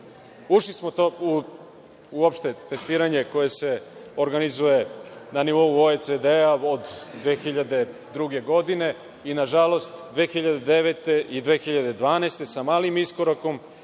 Ušli smo u opšte testiranje koje se organizuje na nivou OECD-a od 2002. godine i, nažalost, 2009. i 2012. godine sa malim iskorakom